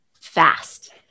fast